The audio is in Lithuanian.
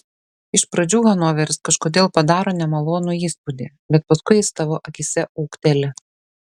iš pradžių hanoveris kažkodėl padaro nemalonų įspūdį bet paskui jis tavo akyse ūgteli